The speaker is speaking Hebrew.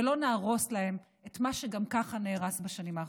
ולא נהרוס להם את מה שגם ככה נהרס בשנים האחרונות.